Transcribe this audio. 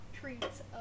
Treats